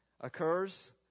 occurs